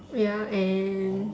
ya and